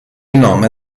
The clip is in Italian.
nome